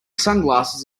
sunglasses